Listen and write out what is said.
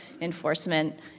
enforcement